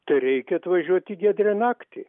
tereikia atvažiuoti giedrią naktį